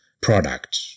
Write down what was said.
product